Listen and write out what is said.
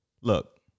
look